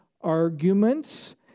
arguments